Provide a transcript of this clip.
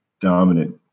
dominant